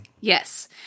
Yes